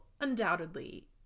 undoubtedly